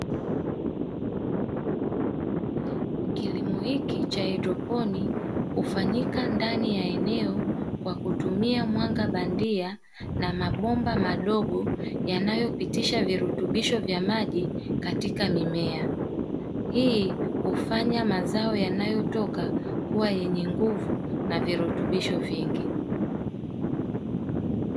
Kilimo hiki cha haidroponi hufanyika ndani ya eneo kwa kutumia mwanga bandia, na mabomba madogo yanayopitisha virutubisho vya maji katika mimea. Hii hufanya mazao yanayotoka kuwa yenye nguvu na virutubisho vingi.